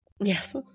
Yes